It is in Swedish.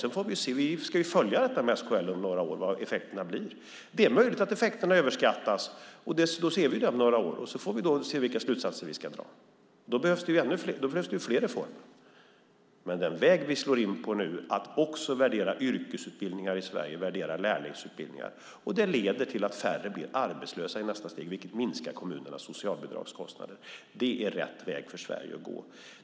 Sedan ska vi följa upp detta med SKL om några år, vad effekterna blir. Det är möjligt att effekterna överskattas, och då ser vi det om några år. Då får vi se vilka slutsatser vi ska dra. Då behövs det fler reformer. Den väg vi slår in på nu, att också värdera yrkesutbildningar och lärlingsutbildningar i Sverige, leder till att färre blir arbetslösa i nästa steg. Det minskar kommunernas socialbidragskostnader. Det är rätt väg för Sverige att gå.